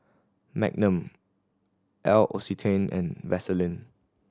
Magnum L'Occitane and Vaseline